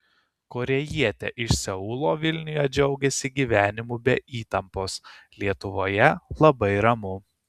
korėjietė iš seulo vilniuje džiaugiasi gyvenimu be įtampos lietuvoje labai ramu